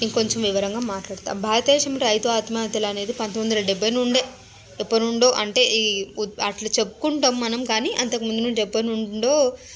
ఇంకొంచెం వివరంగా మాట్లాడతాను భారతదేశంలో రైతుల ఆత్మహత్యలనేది పంతొందొందల డెబ్భై నుండే ఎప్పటినుండో అంటే అట్లా చెప్పుకుంటాం మనం కానీ అంతకు ముందు నుండే ఎప్పటినుండో